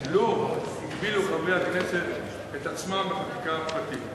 לו הגבילו חברי הכנסת את עצמם בחקיקה הפרטית.